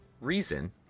reason